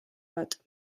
bat